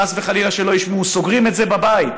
חס וחלילה שלא ישמעו, סוגרים את זה בבית.